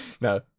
No